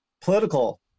political